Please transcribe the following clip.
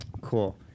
Cool